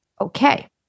okay